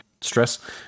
Stress